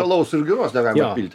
alaus ir giros negalima pilti